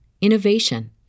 innovation